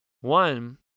one